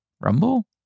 Rumble